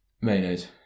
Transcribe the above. Mayonnaise